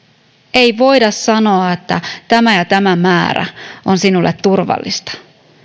ei voida sanoa että tämä ja tämä määrä on sinulle turvallista